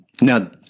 Now